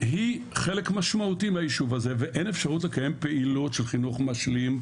היא חלק משמעותי מהיישוב הזה ואין אפשרות לקיים פעילות של חינוך משלים,